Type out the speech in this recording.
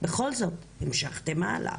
בכל זאת המשכתם הלאה.